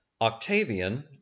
Octavian